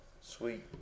Sweet